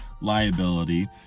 liability